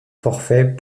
forfait